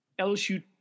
lsu